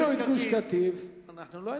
כשהחזירו את גוש-קטיף אנחנו לא היינו בממשלה.